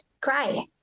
Cry